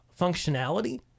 functionality